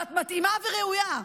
ואת מתאימה וראויה,